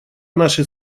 наши